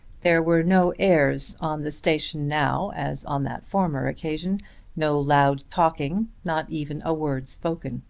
there were no airs on the station now as on that former occasion no loud talking not even a word spoken.